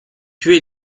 tué